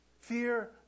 Fear